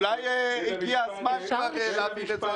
אולי הגיע הזמן כבר להבין את זה?